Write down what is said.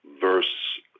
verse